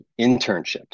internships